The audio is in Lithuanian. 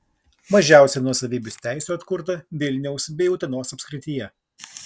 mažiausiai nuosavybės teisių atkurta vilniaus bei utenos apskrityje